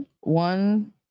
one